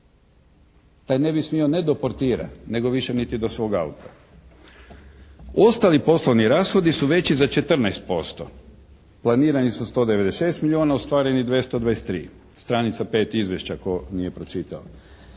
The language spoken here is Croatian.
Taj ne bi smio ne do portira, nego više niti do svoga auta. Ostali poslovni rashodi su veći za 14%, planirani su 196 milijuna, ostvareni 223. Stranica 5. izvješća tko nije pročitao.